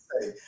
say